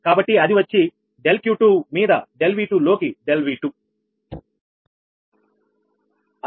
కాబట్టి అది వచ్చి ∆𝑄2 మీద ∆𝑉2 లోకి ∆𝑉2